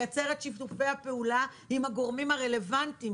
לייצר את שיתופי הפעולה עם הגורמים הרלוונטיים